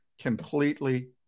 completely